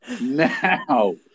now